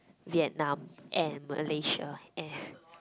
Vietnam and malaysia and